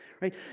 right